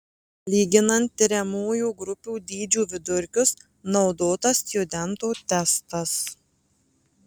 lyginant tiriamųjų grupių dydžių vidurkius naudotas stjudento testas